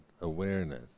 awareness